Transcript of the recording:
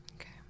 Okay